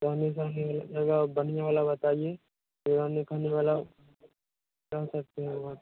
रहने खाने वाला बढ़िया वाला बताइए रहने खाने वाला रह सकते है वहाँ पर